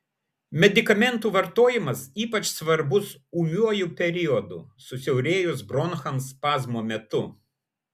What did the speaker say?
medikamentų vartojimas ypač svarbus ūmiuoju periodu susiaurėjus bronchams spazmo metu